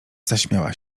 zaśmiała